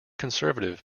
conservative